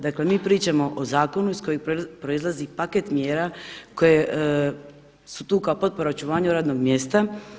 Dakle, mi pričamo o zakonu iz kojeg proizlazi paket mjera koje su tu kao potpora očuvanju radnog mjesta.